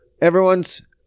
Everyone's